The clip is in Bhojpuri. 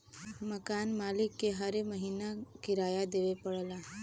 मकान मालिक के हरे महीना किराया देवे पड़ऽला